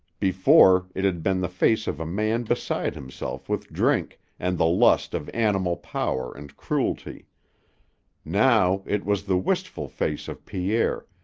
before, it had been the face of a man beside himself with drink and the lust of animal power and cruelty now it was the wistful face of pierre,